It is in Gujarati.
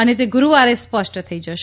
અને તે ગુરૂવારે સ્પષ્ટ થઇ જશે